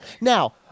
Now